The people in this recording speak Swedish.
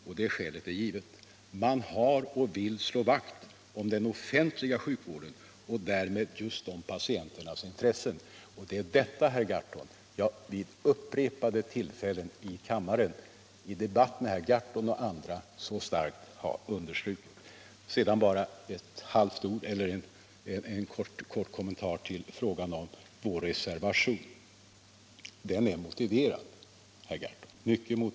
Och det skälet är givetvis att man har att slå vakt om den offentliga sjukvården och därmed just om patientintresset. Det är detta som jag vid upprepade tillfällen i debatt med herr Gahrton och andra här i kammaren så starkt har understrukit. Slutligen bara en kort kommentar när det gäller vår reservation. Den är mycket motiverad, herr Gahrton.